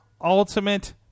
Ultimate